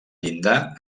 llindar